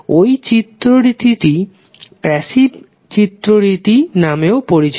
এই চিহ্ন রীতিটি প্যাসিভ চিহ্ন রীতি নামেও পরিচিত